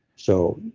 so,